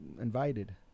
invited